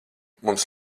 mums